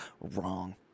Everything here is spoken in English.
Wrong